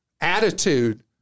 attitude